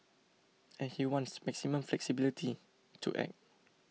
and he wants maximum flexibility to act